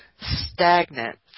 stagnant